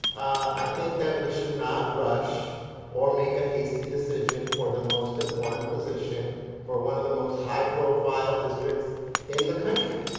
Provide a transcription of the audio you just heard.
i think that we should not rush or make a hasty decision for the most important position for one of the most high profile districts in the country.